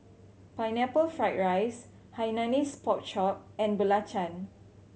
Pineapple Fried rice Hainanese Pork Chop and belacan